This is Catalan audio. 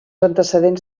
antecedents